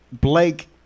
Blake